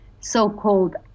so-called